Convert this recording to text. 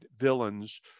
villains